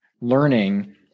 learning